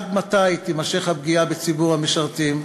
עד מתי תימשך הפגיעה בציבור המשרתים?